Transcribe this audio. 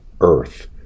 Earth